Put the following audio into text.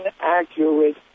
inaccurate